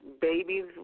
babies